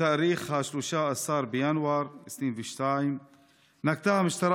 בתאריך 13 בינואר 2022 נקטה המשטרה